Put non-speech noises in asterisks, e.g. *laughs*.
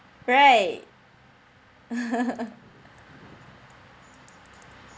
right *laughs*